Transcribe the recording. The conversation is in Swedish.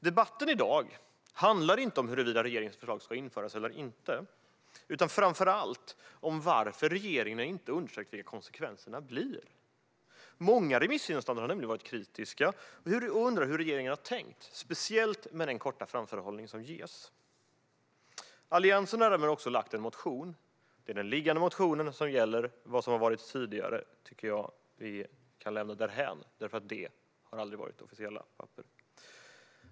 Debatten i dag handlar inte om huruvida regeringens förslag ska införas eller inte utan framför allt om varför regeringen inte har undersökt vilka konsekvenser detta får. Många remissinstanser har nämligen varit kritiska och undrat hur regeringen har tänkt. Det gäller speciellt den korta framförhållning som ges. Alliansen har därför väckt en motion. Det är den aktuella motionen som gäller. Vad som har varit tidigare tycker jag att vi kan lämna därhän, eftersom det aldrig har varit officiella papper.